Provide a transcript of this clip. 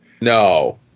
No